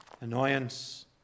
annoyance